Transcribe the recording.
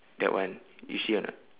that one you see or not